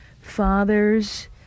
father's